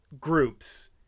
groups